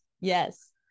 Yes